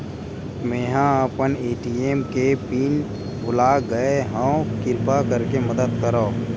मेंहा अपन ए.टी.एम के पिन भुला गए हव, किरपा करके मदद करव